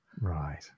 Right